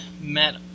met